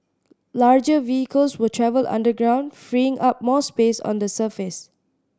larger vehicles will travel underground freeing up more space on the surface